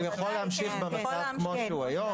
הוא יכול להמשיך במצב כפי שהוא היום.